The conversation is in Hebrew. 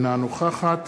אינה נוכחת